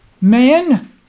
man